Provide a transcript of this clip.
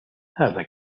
هذا